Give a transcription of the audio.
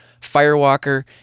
firewalker